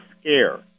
scare